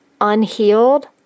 unhealed